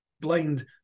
blind